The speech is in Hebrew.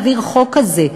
אבל להעביר חוק כזה,